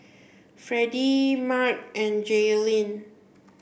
Fredie Marc and Jailyn